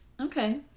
Okay